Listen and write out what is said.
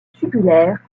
tubulaires